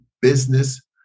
business